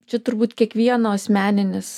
čia turbūt kiekvieno asmeninis